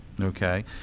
Okay